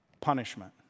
punishment